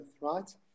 right